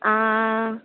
ஆ